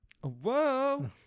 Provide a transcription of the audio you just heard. Whoa